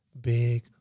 big